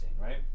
right